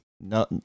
No